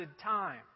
time